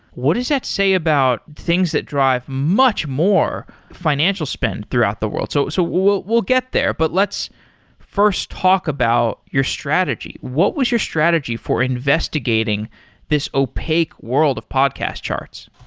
what does that say about things that drive much more financial spend throughout the world? so so we'll get there, but let's first talk about your strategy. what was your strategy for investigating this opaque world of podcast charts?